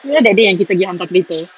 you know that day yang kita pergi hantar kereta